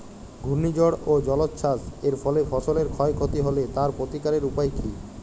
ঘূর্ণিঝড় ও জলোচ্ছ্বাস এর ফলে ফসলের ক্ষয় ক্ষতি হলে তার প্রতিকারের উপায় কী?